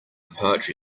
poetry